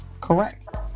Correct